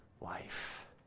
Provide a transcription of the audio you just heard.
life